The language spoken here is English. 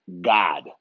God